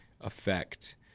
effect